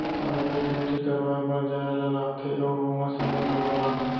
passbook entry करवाए बर जाए ल लागथे अउ ओमा समे घलौक लागथे